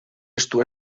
estu